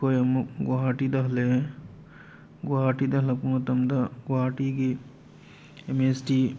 ꯑꯩꯈꯣꯏ ꯑꯃꯨꯛ ꯒꯨꯍꯥꯇꯤꯗ ꯍꯜꯂꯛꯑꯦ ꯒꯨꯍꯥꯇꯤꯗ ꯍꯜꯂꯛꯄ ꯃꯇꯝꯗ ꯒꯨꯍꯥꯇꯤꯒꯤ ꯑꯦꯝ ꯑꯦꯁ ꯇꯤ